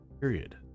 period